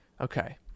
Okay